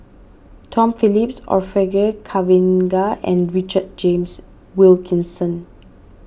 Tom Phillips Orfeur Cavenagh and Richard James Wilkinson